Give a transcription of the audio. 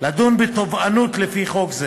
לדון בתובענות לפי חוק זה,